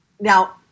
now